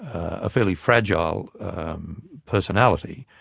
a fairly fragile personality.